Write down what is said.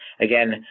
Again